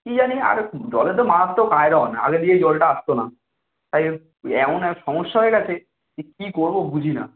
কী জানি আরে জলে তো মারাত্মক আয়রন আগে দিয়েই জলটা আসতো না তাই এমন এক সমস্যা হয়ে গেছে যে কী করব বুঝি না